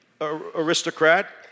aristocrat